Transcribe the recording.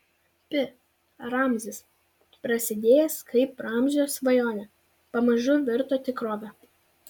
pi ramzis prasidėjęs kaip ramzio svajonė pamažu virto tikrove